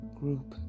group